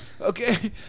Okay